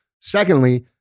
Secondly